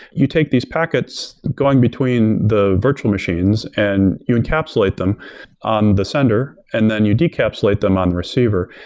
you take these packets going between the virtual machines and you encapsulate them on the sender and then you decapsulate them on receiver.